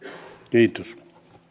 kiitos